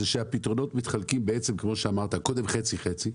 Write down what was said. זה שהפתרונות מתחלקים בעצם כמו שאמרת קודם חצי-חצי,